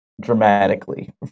Dramatically